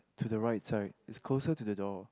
to the right side it's closer to the door